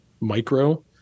micro